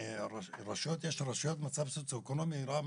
יש רשויות במצב סוציו-אקונומי רע מאוד,